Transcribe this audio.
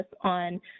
on